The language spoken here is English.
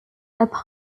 apart